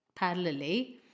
parallelly